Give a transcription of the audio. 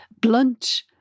blunt